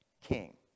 king